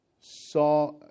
saw